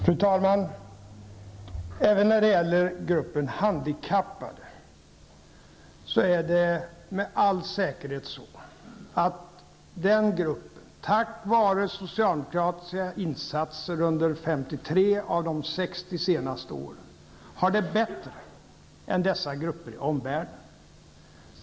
Fru talman! Även när det gäller gruppen handikappade är det med all säkerhet så, att den gruppen tack vare socialdemokratiska insatser under 53 av de 60 senaste åren har det bättre än motsvarande grupp i omvärlden.